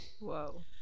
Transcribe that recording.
Whoa